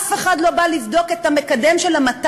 אף אחד לא בא לבדוק את המקדם של ה-220,